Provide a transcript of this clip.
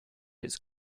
its